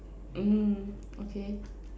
mm okay